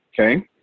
Okay